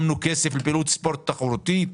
הקצינו כסף לפעילות ספורט תחרותי,